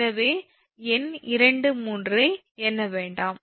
எனவே எண் 2 3 ஐ எண்ண வேண்டாம்